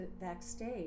backstage